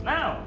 Now